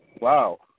Wow